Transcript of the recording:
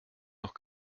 noch